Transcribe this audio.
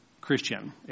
Christian